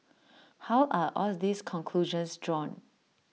how are all these conclusions drawn